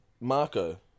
Marco